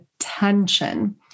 attention